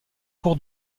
cour